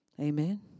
Amen